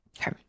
Okay